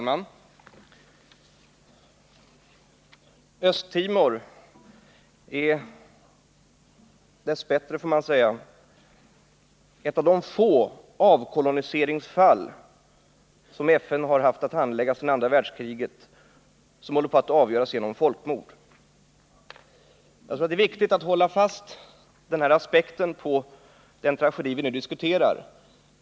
Fru talman! Östtimor är ett av de få avkoloniseringsfall som FN haft att handlägga sedan andra världskriget och som håller på att avgöras genom folkmord. Jag tror att det är viktigt att hålla fast den här aspekten på den tragedi vi nu diskuterar.